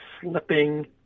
slipping